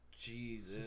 Jesus